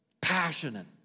passionate